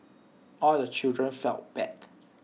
all the children felt bad